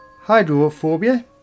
Hydrophobia